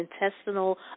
intestinal